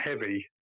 heavy